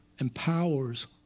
empowers